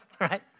right